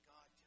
God